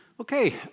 Okay